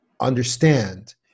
understand